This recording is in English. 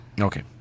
Okay